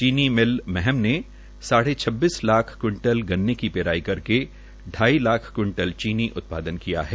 चीनी मिल महम ने साढ़े छब्बीस लाख क्विंटल गन्ने की पिराई करके अढाई लाख क्विंटल चीनी का उत्पादन किया है